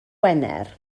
wener